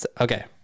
Okay